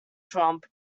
trump